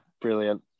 brilliant